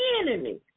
enemy